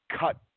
cut